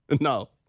No